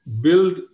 Build